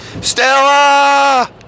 Stella